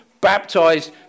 baptized